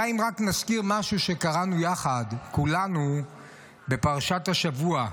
די עם רק נזכיר משהו שקראנו יחד כולנו בפרשת השבוע.